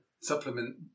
supplement